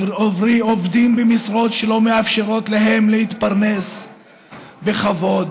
עובדים במשרות שלא מאפשרות להם להתפרנס בכבוד.